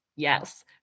Yes